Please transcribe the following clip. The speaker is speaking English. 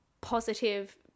positive